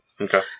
Okay